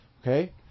okay